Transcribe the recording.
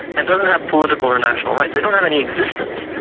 and doesn't have political and national rights, they don't have any existence,